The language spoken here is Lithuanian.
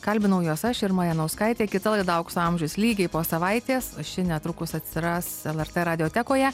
kalbinau juos aš irma janauskaitė kita laida aukso amžius lygiai po savaitės o ši netrukus atsiras lrt radiotekoje